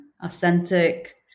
authentic